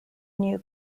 new